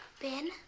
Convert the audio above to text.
Ben